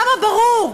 כמה ברור,